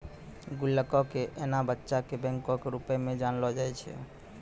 गुल्लको के एना बच्चा के बैंको के रुपो मे जानलो जाय छै